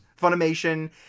Funimation